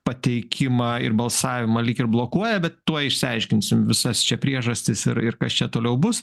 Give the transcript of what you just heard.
pateikimą ir balsavimą lyg ir blokuoja bet tuoj išsiaiškinsim visas čia priežastis ir ir kas čia toliau bus